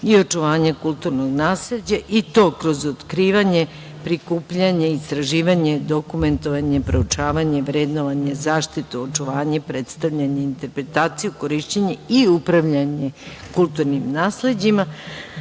i očuvanja kulturnog nasleđa i to kroz otkrivanje, prikupljanje, istraživanje, dokumentovanje, proučavanje, vrednovanje, zaštitu, očuvanje, predstavljanje interpretaciju, korišćenje i upravljanje kulturnim nasleđima. Podsetila